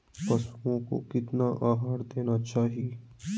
पशुओं को कितना आहार देना चाहि?